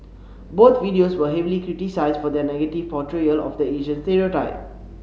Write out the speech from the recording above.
both videos were heavily criticised for their negative portrayal of the Asian stereotype